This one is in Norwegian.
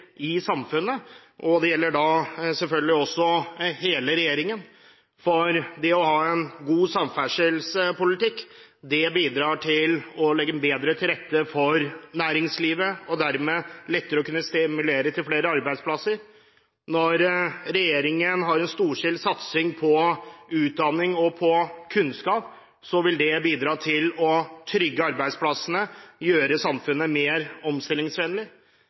i samfunnet, og det gjelder selvfølgelig også hele regjeringen. Det å ha en god samferdselspolitikk bidrar til å legge bedre til rette for næringslivet, og det er dermed lettere å kunne stimulere til flere arbeidsplasser. Når regjeringen har en storstilt satsing på utdanning og på kunnskap, vil det bidra til å trygge arbeidsplassene og gjøre samfunnet mer omstillingsvennlig.